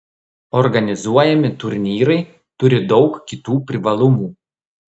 organizuojami turnyrai turi daug kitų privalumų